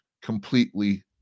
completely